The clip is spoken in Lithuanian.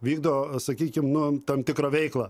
vykdo sakykim nu tam tikrą veiklą